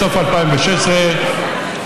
בסוף 2016,